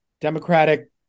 democratic